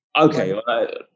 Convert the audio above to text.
Okay